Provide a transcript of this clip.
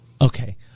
Okay